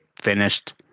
finished